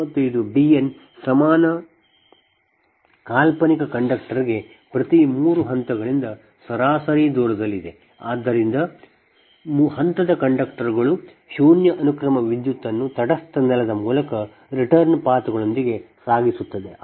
ಮತ್ತು ಇದು Dn ಸಮಾನ ಕಾಲ್ಪನಿಕ ಕಂಡಕ್ಟರ್ಗೆ ಪ್ರತಿ ಮೂರು ಹಂತಗಳಿಂದ ಸರಾಸರಿ ದೂರದಲ್ಲಿದೆ ಆದ್ದರಿಂದ ಹಂತದ ಕಂಡಕ್ಟರ್ಗಳುಶೂನ್ಯ ಅನುಕ್ರಮ ವಿದ್ಯುತ್ಅನ್ನು ತಟಸ್ಥ ನೆಲದ ಮೂಲಕ ರಿಟರ್ನ್ ಪಥಗಳೊಂದಿಗೆ ಸಾಗಿಸುತ್ತವೆ